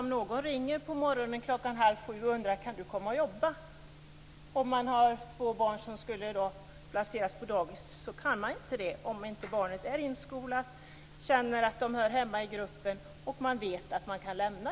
Om någon ringer på morgonen klockan halv sju och undrar om man kan komma och jobba, kan man inte det om man har två barn som behöver plats på dagis, om inte barnen är inskolade och känner att de hör hemma i gruppen.